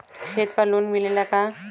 खेत पर लोन मिलेला का?